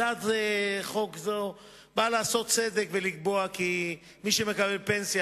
הצעת חוק זו באה לעשות צדק ולקבוע כי מי שמקבל פנסיה